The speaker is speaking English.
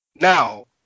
Now